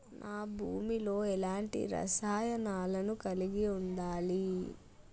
నా భూమి లో ఎలాంటి రసాయనాలను కలిగి ఉండాలి?